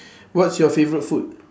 what's your favourite food